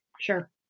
Sure